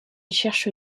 cherche